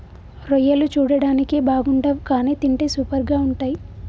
రొయ్యలు చూడడానికి బాగుండవ్ కానీ తింటే సూపర్గా ఉంటయ్